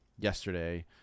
yesterday